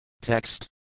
Text